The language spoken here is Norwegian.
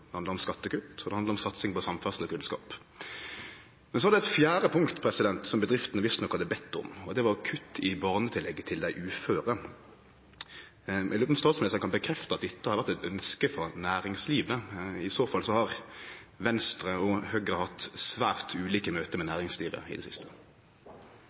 det handla om skattekutt, og det handla om satsing på samferdsle og kunnskap. Men så var det eit fjerde punkt som bedriftene visstnok hadde bedt om: kutt i barnetillegget til dei uføre. Eg lurer på om statsministeren kan bekrefte at dette har vore eit ønske frå næringslivet. I så fall har Venstre og Høgre hatt svært ulike møte med næringslivet i det siste.